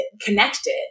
connected